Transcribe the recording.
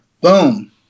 Boom